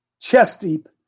chest-deep